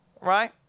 Right